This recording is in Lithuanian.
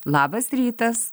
labas rytas